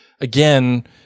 again